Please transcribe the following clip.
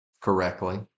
correctly